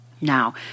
Now